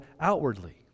outwardly